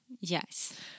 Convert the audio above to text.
Yes